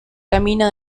camino